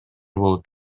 болуп